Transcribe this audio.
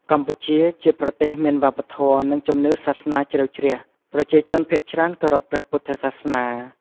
កម្ពុជា ជាប្រទេសមានវប្បធម៌ និងជំនឿសាសនាជ្រៅជ្រះ ប្រជាជនភាគច្រើនគោរពព្រះពុទ្ធសាសនា។